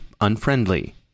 unfriendly